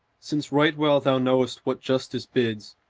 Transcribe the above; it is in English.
since right well thou know'st what justice bids,